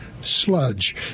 sludge